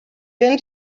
been